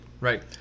Right